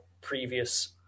previous